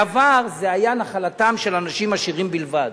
בעבר זה היה נחלתם של אנשים עשירים בלבד.